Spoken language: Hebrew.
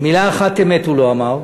מילה אחת אמת הוא לא אמר,